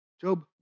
Job